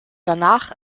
danach